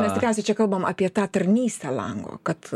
mes tikriausiai čia kalbam apie tą tarnystę lango kad